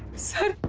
sir,